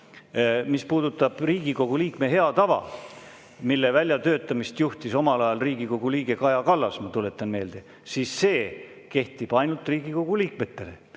Mis puudutab Riigikogu liikme head tava, mille väljatöötamist juhtis omal ajal Riigikogu liige Kaja Kallas, siis ma tuletan meelde, siis see kehtib ainult Riigikogu liikmetele.